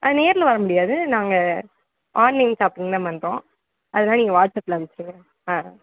நேரில் வர முடியாது நாங்கள் ஆன்லைன் ஷாப்பிங் தான் பண்றோம் அதனால் நீங்கள் வாட்ஸ் அப்பில் அனுப்பி விடுங்கள்